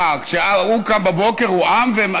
אה, כשהוא קם בבוקר הוא עם.